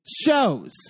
shows